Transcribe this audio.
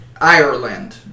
Ireland